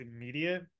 immediate